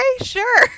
sure